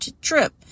trip